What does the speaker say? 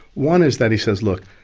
one is that he says, look,